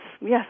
yes